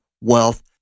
wealth